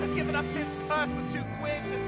giving up with two quid?